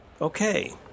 Okay